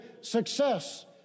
success